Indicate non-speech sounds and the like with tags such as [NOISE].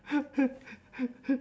[LAUGHS]